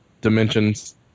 dimensions